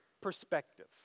perspective